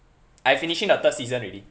I finishing the third season already